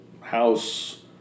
house